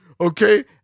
Okay